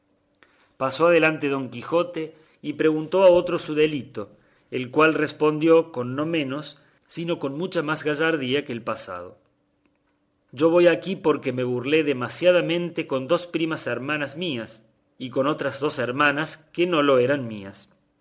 pasó adelante don quijote y preguntó a otro su delito el cual respondió con no menos sino con mucha más gallardía que el pasado yo voy aquí porque me burlé demasiadamente con dos primas hermanas mías y con otras dos hermanas que no lo eran mías